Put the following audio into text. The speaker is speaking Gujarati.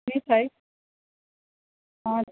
નહીં થાય